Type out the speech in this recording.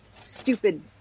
stupid